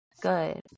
good